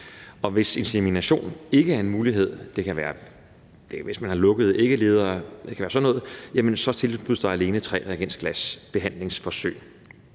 Hvis insemination ikke er en mulighed – det kan være, hvis man har lukkede æggeledere, det kan være sådan noget – tilbydes der alene tre reagensglasbehandlingsforsøg,